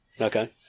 Okay